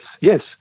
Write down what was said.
yes